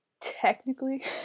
technically